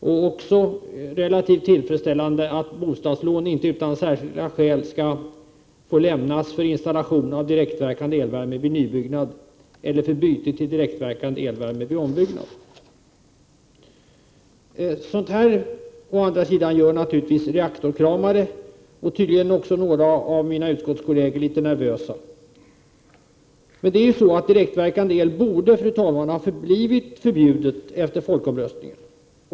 Det är också relativt tillfredsställande att bostadslån inte utan särskilda skäl skall få lämnas för installation av direktverkande elvärme vid nybyggnad eller för byte till direktverkande elvärme vid ombyggnad. Sådant här gör å andra sidan naturligtvis reaktorkramare, och tydligen även några av mina utskottskolleger, litet nervösa. Direktverkande el borde, fru talman, ha förblivit förbjuden efter folkomröstningen.